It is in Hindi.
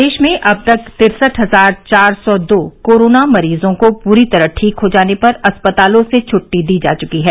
प्रदेश में अब तक तिरसठ हजार चार सौ दो कोरोना मरीजों को पूरी तरह ठीक हो जाने पर अस्पतालों से छुट्टी दी जा चुकी है